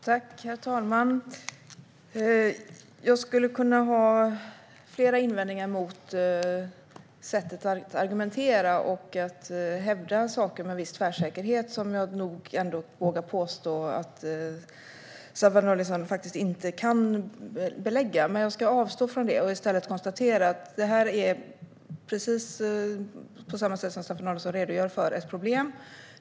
Herr talman! Jag skulle kunna göra flera invändningar mot Staffan Danielssons sätt att argumentera och att hävda saker med viss tvärsäkerhet - saker som jag nog vågar påstå att Staffan Danielsson faktiskt inte kan belägga. Men jag avstår från det och konstaterar i stället att detta, precis som Staffan Danielsson redogör för, är ett problem.